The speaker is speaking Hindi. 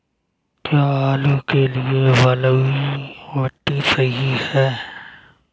क्या आलू के लिए बलुई मिट्टी सही है?